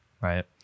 right